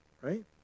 right